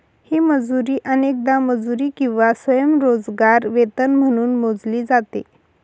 ही मजुरी अनेकदा मजुरी किंवा स्वयंरोजगार वेतन म्हणून मोजली जाते